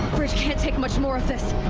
bridge can't take much more of this!